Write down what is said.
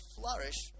flourish